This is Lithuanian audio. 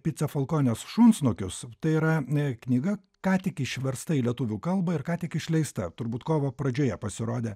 pica falkonės šunsnukius tai yra knyga ką tik išversta į lietuvių kalbą ir ką tik išleista turbūt kovo pradžioje pasirodė